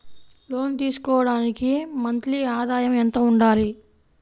లోను తీసుకోవడానికి మంత్లీ ఆదాయము ఎంత ఉండాలి?